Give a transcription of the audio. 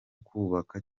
kubaka